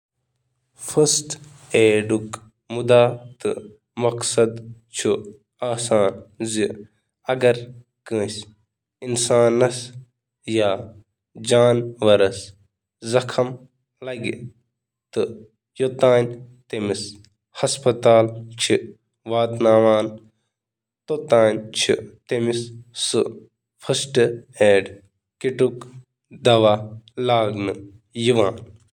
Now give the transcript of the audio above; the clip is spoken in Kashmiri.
فرسٹ ایڈُک مقصد چھُ زخمی مٔریٖضَن ہُنٛد مدد کرُن یوٚتتھ تام سُہ ہسپتالَس تام واتہِ۔